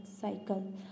cycle